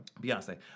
Beyonce